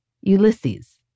Ulysses